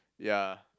ya